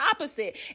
opposite